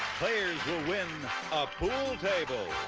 players will win a pool table,